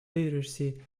literacy